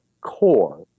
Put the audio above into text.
core